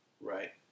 Right